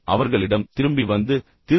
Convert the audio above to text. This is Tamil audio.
அவர்களிடம் திரும்பி வந்து திரு